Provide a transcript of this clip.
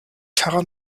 terra